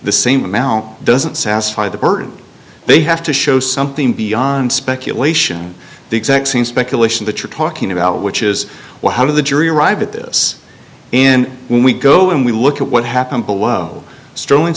the same amount doesn't satisfy the burden they have to show something beyond speculation the exact same speculation that you're talking about which is one of the jury arrived at this and when we go and we look at what happened below st